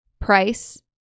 price